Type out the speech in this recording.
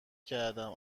کردم